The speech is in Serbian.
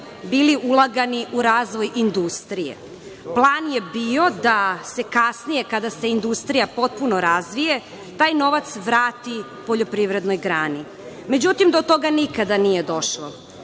bili ulagani u razvoj industrije. Plan je bio da se kasnije, kada se industrija potpuno razvije taj novac vrati poljoprivrednoj grani. Međutim, do toga nikada nije došlo.